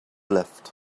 left